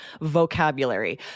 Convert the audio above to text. vocabulary